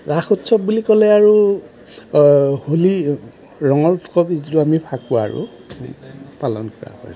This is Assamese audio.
ৰাস উৎসৱ বুলি ক'লে আৰু হোলী ৰঙৰ উৎসৱ যিটো আমি ফাকুৱা আৰু পালন কৰা হয়